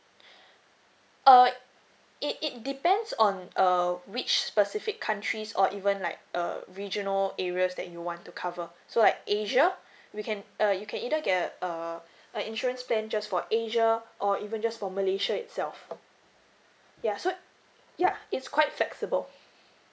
uh it it depends on um which specific countries or even like err regional areas that you want to cover so like asia we can uh you can either get uh a insurance plan just for asia or even just for malaysia itself ya so ya it's quite flexible